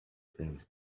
things